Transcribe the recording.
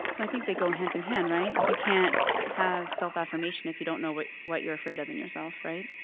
i think they go hand-in-hand, right? like, you can't have self-affirmation if you don't know what what you're afraid of in yourself, right?